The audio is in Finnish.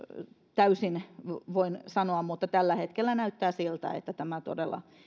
täysin varmasti voin sanoa mutta tällä hetkellä näyttää siltä että tämä todella